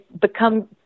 become